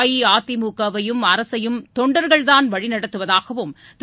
அஇஅதிமுகவையும் அரசையும் தொண்டர்கள்தான் வழி நடத்துவதாகவும் திரு